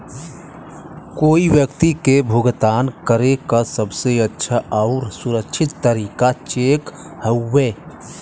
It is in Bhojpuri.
कोई व्यक्ति के भुगतान करे क सबसे अच्छा आउर सुरक्षित तरीका चेक हउवे